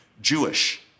Jewish